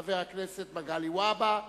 חבר הכנסת מגלי והבה,